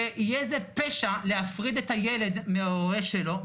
ויהיה זה פשע להפריד את הילד מההורה שלו,